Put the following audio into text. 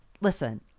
listen